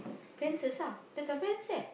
fences ah there's a fence there